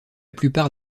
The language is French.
plupart